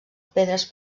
pedres